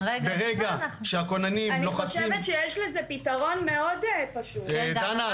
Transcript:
ברגע שהכוננים לוחצים -- אני חושבת שיש לזה פתרון מאוד פשוט -- דנה,